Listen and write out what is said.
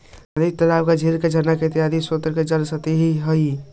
नदी तालाब, झील झरना इत्यादि स्रोत के जल सतही जल हई